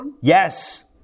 Yes